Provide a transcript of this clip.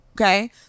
Okay